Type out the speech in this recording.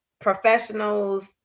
professionals